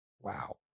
wow